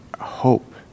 hope